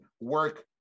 work